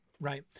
right